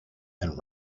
and